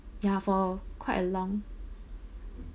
ya for quite a long